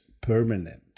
Permanent